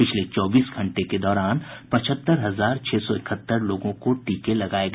पिछले चौबीस घंटे के दौरान पचहत्तर हजार छह सौ इकहत्तर लोगों को टीका लगाया गया